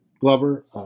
Glover